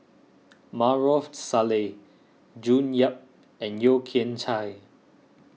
Maarof Salleh June Yap and Yeo Kian Chai